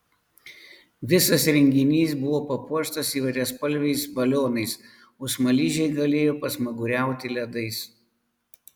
visas renginys buvo papuoštas įvairiaspalviais balionais o smaližiai galėjo pasmaguriauti ledais